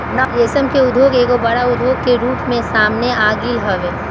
रेशम के उद्योग एगो बड़ उद्योग के रूप में सामने आगईल हवे